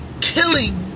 killing